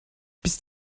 bist